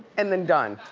and then done.